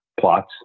plots